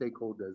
stakeholders